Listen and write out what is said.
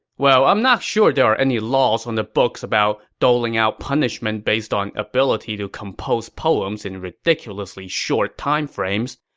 well, i'm not sure there are any laws on the books about doling out punishment based on ability to compose poems in ridiculously short timeframes,